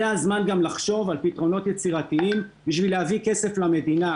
זה הזמן גם לחשוב על פתרונות יצירתיים בשביל להביא כסף למדינה.